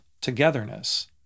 togetherness